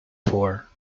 for